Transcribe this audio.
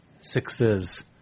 Sixes